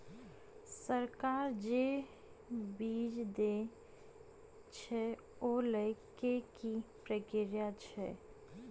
सरकार जे बीज देय छै ओ लय केँ की प्रक्रिया छै?